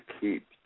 keep